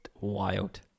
wild